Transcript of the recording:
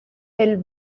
del